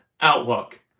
outlook